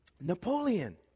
Napoleon